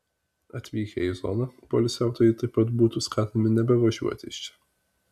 atvykę į zoną poilsiautojai taip pat būtų skatinami nebevažiuoti iš čia